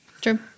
True